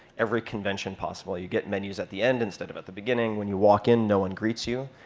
every convention possible. you get menus at the end instead of at the beginning. when you walk in, no one greets you.